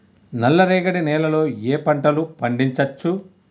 నల్లరేగడి నేల లో ఏ ఏ పంట లు పండించచ్చు?